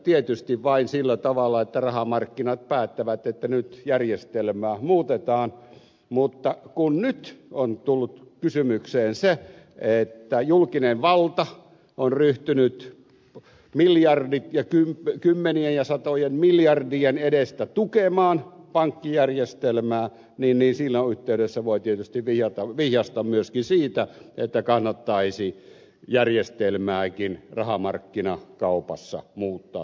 tietysti vain sillä tavalla että rahamarkkinat päättävät että nyt järjestelmää muutetaan mutta kun nyt on tullut kysymykseen se että julkinen valta on ryhtynyt miljardien ja kymmenien ja satojen miljardien edestä tukemaan pankkijärjestelmää niin siinä yhteydessä voi tietysti vihjaista myöskin siitä että kannattaisi järjestelmääkin rahamarkkinakaupassa muuttaa toisenlaiseksi